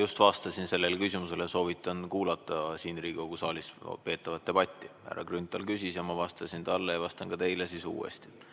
Just vastasin sellele küsimusele. Soovitan kuulata siin Riigikogu saalis peetavat debatti. Härra Grünthal küsis ja ma vastasin talle ja vastan ka teile uuesti.